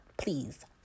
Please